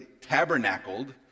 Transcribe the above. tabernacled